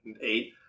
eight